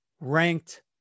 ranked